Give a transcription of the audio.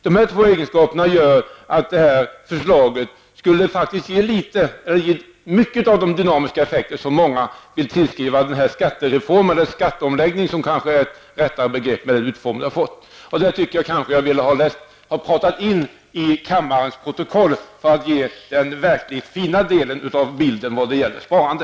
Dessa två egenskaper gör att detta förslag faktiskt väsentligt skulle bidra till de dynamiska effekter som många vill tillskriva skatteomläggningen. Detta vill jag få noterat till kammarens protokoll för att ge den verkligt fina delen av bilden när det gäller sparande.